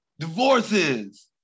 Divorces